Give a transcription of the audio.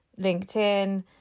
LinkedIn